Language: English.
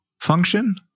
function